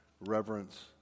reverence